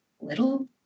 little